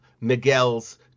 Miguel's